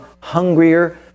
hungrier